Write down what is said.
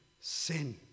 sin